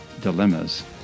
dilemmas